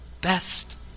best